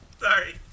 Sorry